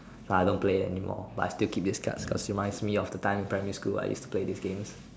so I don't play anymore but I still keep this cards cause it reminds me of the time in primary school I use to play this games